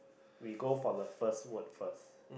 we go for the first word first